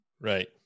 right